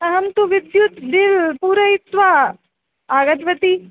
अहं तु विद्युत् बिल् पूरयित्वा आगतवती